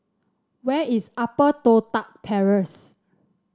where is Upper Toh Tuck Terrace